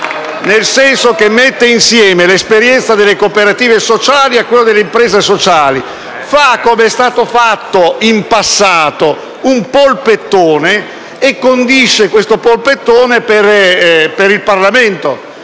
nel senso che mette insieme l'esperienza delle cooperative sociali con quella delle imprese sociali, fa - com'è stato fatto in passato - un polpettone che condisce per il Parlamento.